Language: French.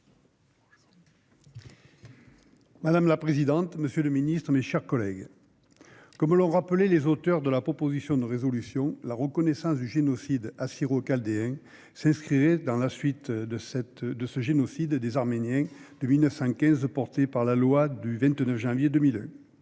Madame la présidente, monsieur le ministre, mes chers collègues, comme l'ont rappelé les auteurs de la proposition de résolution, la reconnaissance du génocide des Assyro-Chaldéens s'inscrirait dans la suite de celle du génocide des Arméniens de 1915, portée par la loi du 29 janvier 2001.